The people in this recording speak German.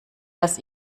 dass